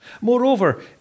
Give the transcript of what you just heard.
Moreover